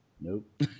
nope